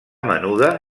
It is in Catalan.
menuda